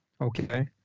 Okay